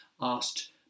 asked